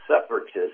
separatists